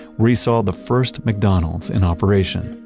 where he saw the first mcdonald's in operation.